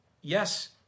yes